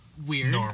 Weird